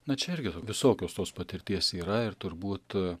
na čia irgi visokios tos patirties yra ir turbūt